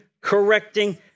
correcting